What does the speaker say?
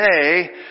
today